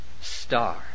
star